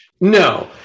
No